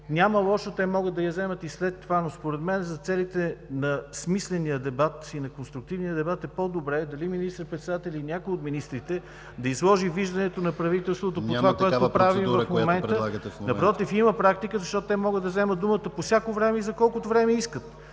Няма лошо, те могат да я вземат и след това. Според мен за целите на смисления дебат и на конструктивния дебат е по-добре дали министър-председателят или някои от министрите да изложи виждането на правителството по това, което правим в момента. ПРЕДСЕДАТЕЛ ДИМИТЪР ГЛАВЧЕВ: Няма такава процедура, която предлагате. АНТОН КУТЕВ: Напротив, има практика, защото те могат да вземат думата по всяко време и за колкото време искат.